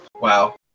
Wow